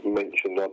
mentioned